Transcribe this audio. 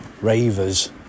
ravers